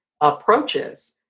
approaches